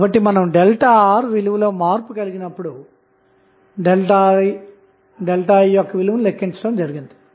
కాబట్టి మనం ΔR విలువలోమార్పు కలిగినప్పుడు ΔI యొక్క విలువను లెక్కించాము